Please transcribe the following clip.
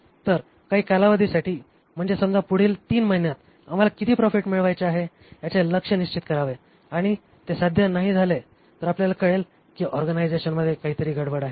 तर काही कालावधीसाठी म्हणजे समजा पुढील 3 महिन्यांत आम्हाला किती प्रॉफिट मिळवायचे आहे याचे लक्ष्य निश्चित करावे आणि ते साध्य झाले नाही तर आपल्याला कळेल की ऑर्गनायझेशनमध्ये काहीतरी गडबड आहे